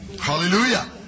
Hallelujah